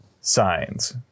Signs